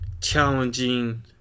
challenging